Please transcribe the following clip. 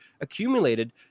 accumulated